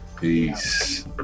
Peace